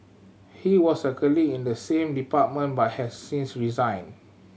he was a colleague in the same department but has since resigned